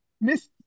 Miss